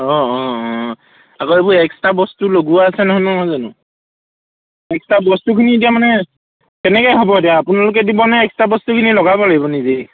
অঁ অঁ অঁ আকৌ এইবোৰ এক্সট্ৰা বস্তু লগোৱা আছে নহয় নহয় জানো এক্সট্ৰা বস্তুখিনি এতিয়া মানে কেনেকৈ হ'ব এতিয়া আপোনালোকে দিব নে এক্সট্ৰা বস্তুখিনি লগাব লাগিব নিজেই